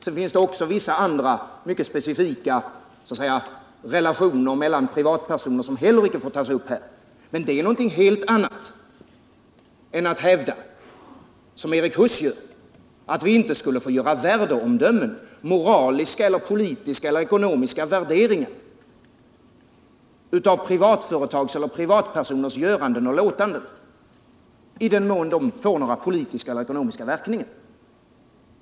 Det finns också vissa andra, mycket specifika relationer mellan privatpersoner som heller icke får tas upp här. Detta är emellertid någonting helt annat än att hävda —-som Erik Huss gör — att vi inte skulle få avge värdeomdömen och göra moraliska, politiska eller ekonomiska värderingar av företags eller privatpersoners göranden och låtanden i den mån de får några politiska eller ekonomiska verkningar.